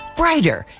brighter